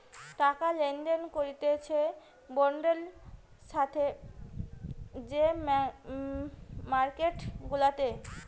টাকা লেনদেন হতিছে বন্ডের সাথে যে মার্কেট গুলাতে